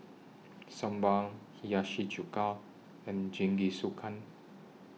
Sambar Hiyashi Chuka and Jingisukan